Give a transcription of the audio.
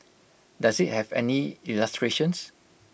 does IT have any illustrations